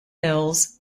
mills